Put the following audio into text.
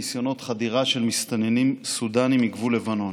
ניסיונות חדירה של מסתננים סודנים מגבול לבנון.